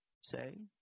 say –